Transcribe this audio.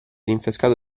rinfrescato